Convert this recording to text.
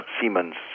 Siemens